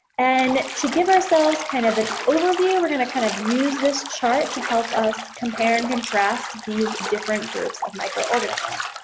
and to give ourselves kind of an overview we're gonna kind of use this chart to help us compare and contrast these different groups of microorganisms.